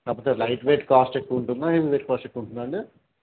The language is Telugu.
లేకపోతే లైట్వెయిట్ కాస్ట్ ఎక్కువ ఉంటుందా హెవీవెయిట్ కాస్ట్ ఎక్కువ ఉంటుందా అండి